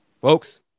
folks